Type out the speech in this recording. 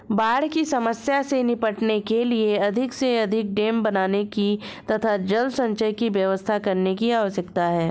बाढ़ की समस्या से निपटने के लिए अधिक से अधिक डेम बनाने की तथा जल संचय की व्यवस्था करने की आवश्यकता है